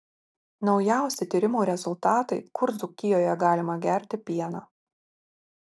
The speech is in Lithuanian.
naujausi tyrimų rezultatai kur dzūkijoje galima gerti pieną